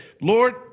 Lord